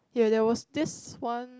ya there was this one